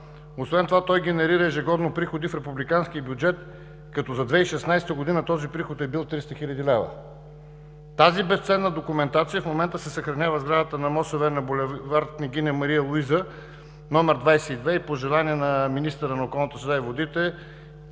Освен това той генерира ежегодно приходи в републиканския бюджет, като за 2016 г. този приход е бил 300 хил. лв. Тази безценна документация в момента се съхранява в сградата на МОСВ на бул. „Княгиня Мария Луиза“ № 22 и по желание на министъра на околната среда и водите